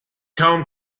home